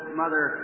mother